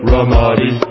Ramadi